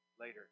later